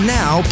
now